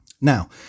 now